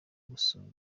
gutsura